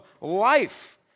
life